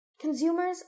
consumers